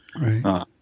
Right